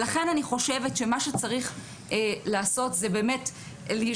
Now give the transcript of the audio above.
לכן אני חושב שמה שצריך לעשות זה להשתמש